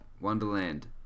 Wonderland